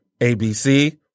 ABC